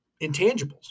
intangibles